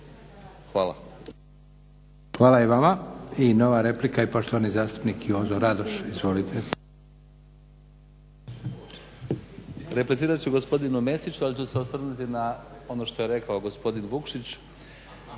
(SDP)** Hvala i vama. I nova replika i poštovani zastupnik Jozo Radoš. Izvolite. **Radoš, Jozo (HNS)** Replicirat ću gospodinu Mesiću, ali ću se osvrnuti na ono što je rekao gospodin Vukšić,